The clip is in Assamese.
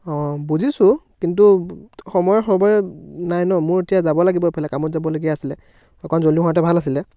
অঁ বুজিছোঁ কিন্তু সময়ে সময়ে নাই ন মোৰ এতিয়া যাব লাগিব এফালে কামত যাবলগীয়া আছিলে অকণ জল্দি হোৱা হোৱাহেঁতেন ভাল আছিলে